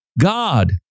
God